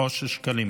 אושר שקלים,